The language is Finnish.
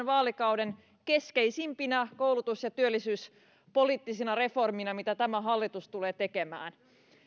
vaalikauden keskeisimpänä koulutus ja työllisyyspoliittisena reformina mitä tämä hallitus tulee tekemään